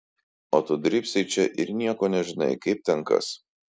o tu drybsai čia ir nieko nežinai kaip ten kas